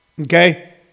Okay